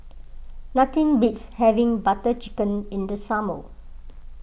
nothing beats having Butter Chicken in the summer